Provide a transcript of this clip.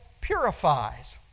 purifies